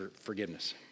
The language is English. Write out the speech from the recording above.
forgiveness